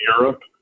Europe